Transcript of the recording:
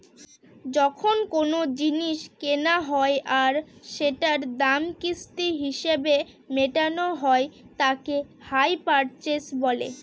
যখন কোনো জিনিস কেনা হয় আর সেটার দাম কিস্তি হিসেবে মেটানো হয় তাকে হাই পারচেস বলে